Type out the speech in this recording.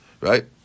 right